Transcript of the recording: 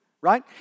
right